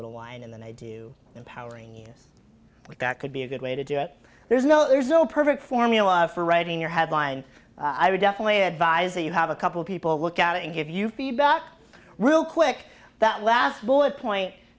little wine and then i do empowering yes but that could be a good way to do it there's no there's no perfect formula for writing your headline i would definitely advise that you have a couple people look at it and give you feedback real quick that last bullet point